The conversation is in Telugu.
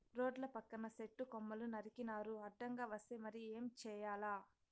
రోడ్ల పక్కన సెట్టు కొమ్మలు నరికినారు అడ్డంగా వస్తే మరి ఏం చేయాల